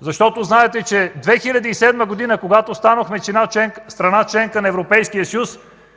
Защото знаете, че 2007 г., когато станахме страна – членка на Европейския съюз,